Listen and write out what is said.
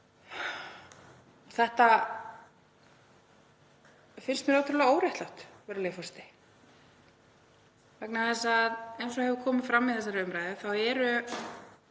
Þetta finnst mér ótrúlega óréttlátt, virðulegi forseti, vegna þess að eins og hefur komið fram í þessari umræðu eru